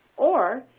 or,